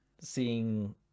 seeing